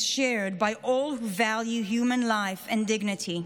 shared by all who value human life and dignity.